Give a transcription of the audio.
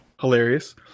hilarious